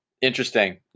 Interesting